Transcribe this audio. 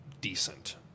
decent